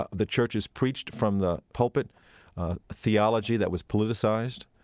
ah the churches preached from the pulpit theology that was politicized.